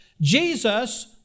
Jesus